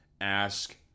ask